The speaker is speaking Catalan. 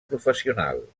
professional